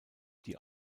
die